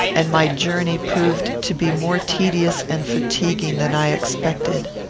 and my journey proved to be more tedious and fatiguing than i expected.